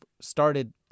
started